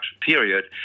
period